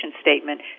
statement